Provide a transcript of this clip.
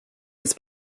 was